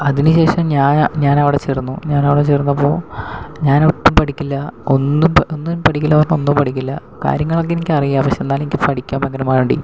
അതിന് ശേഷം ഞാൻ ഞാനവിടെ ചേർന്നു ഞാനവിടെ ചേർന്നപ്പോൾ ഞാനൊട്ടും പഠിക്കില്ല ഒന്നും പഠി ഒന്നും പഠിക്കില്ല പറഞ്ഞാൽ ഒന്നും പഠിക്കില്ല കാര്യങ്ങളൊക്കെ എനിക്കറിയാം പക്ഷെ എന്നാലും എനിക്ക് പഠിക്കാൻ ഭയങ്കര മടി